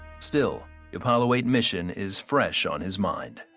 still, the apollo eight mission is fresh on his mind.